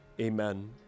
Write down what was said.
Amen